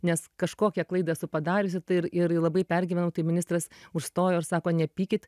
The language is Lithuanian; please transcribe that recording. nes kažkokią klaidą esu padariusi tai ir ir labai pergyvenau tai ministras užstojo ir sako nepykit